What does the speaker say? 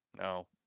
No